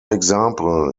example